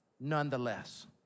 nonetheless